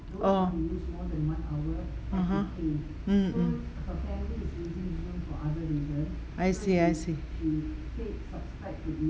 orh (uh huh) mm mm I see I see